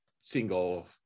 single